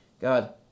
God